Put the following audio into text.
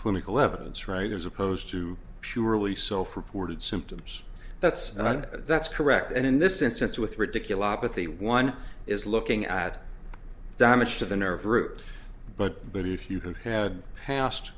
clinical evidence right as opposed to purely self reported symptoms that's and i think that's correct and in this instance with ridiculous but the one is looking at damage to the nerve root but but if you have had pas